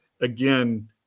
Again